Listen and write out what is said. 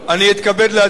אני אתכבד להציע,